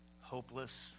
hopeless